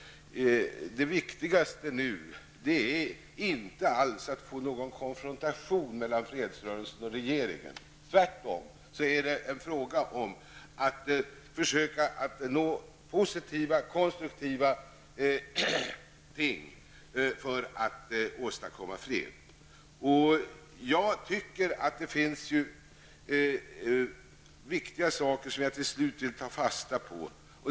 Det viktigaste nu är inte att få en konfrontation mellan fredsrörelsen och regeringen. Tvärtom, det är fråga om att försöka att nå positiva, konstruktiva ting för att åstadkomma fred. Det finns en del viktiga saker som jag vill ta fasta på.